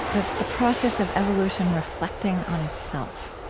the ah process of evolution reflecting on itself